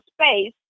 space